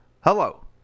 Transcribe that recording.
Hello